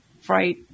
fright